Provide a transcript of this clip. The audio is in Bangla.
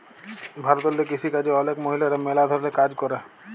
ভারতেল্লে কিসিকাজে অলেক মহিলারা ম্যালা ধরলের কাজ ক্যরে